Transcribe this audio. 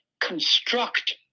construct